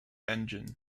engine